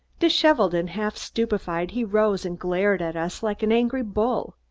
disheveled and half-stupefied, he rose and glared at us like an angry bull.